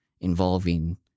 involving